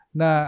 na